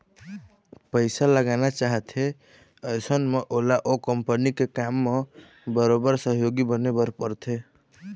पइसा लगाना चाहथे अइसन म ओला ओ कंपनी के काम म बरोबर सहयोगी बने बर परथे